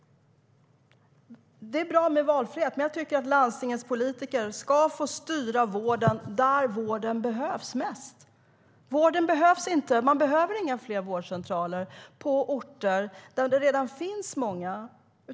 Det är bra med valfrihet, men jag tycker att landstingens politiker ska få styra vården dit där den behövs mest. Man behöver inga fler vårdcentraler på orter där det redan finns många.